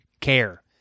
care